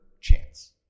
chance